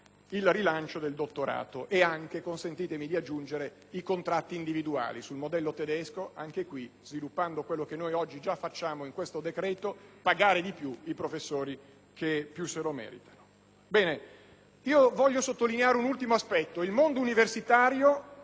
il rilancio del dottorato ed anche - consentitemi di aggiungere - i contratti individuali sul modello tedesco, anche qui sviluppando quello che oggi già facciamo in questo decreto, pagando di più i professori che lo meritano. Voglio evidenziare un ultimo aspetto: il mondo universitario